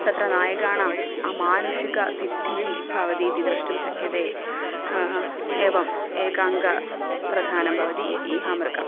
तत्र नायकाणाम् अमानुष्यकसिद्धिः भवति इति द्रष्टुं शक्यते एवम् एकाङ्कप्रधानं भवति इहामृगम्